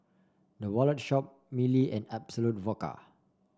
The Wallet Shop Mili and Absolut Vodka